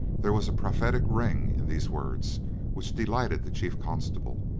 there was a prophetic ring in these words which delighted the chief constable,